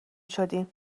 شدیم